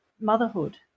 motherhood